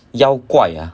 妖怪呀